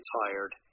tired